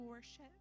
worship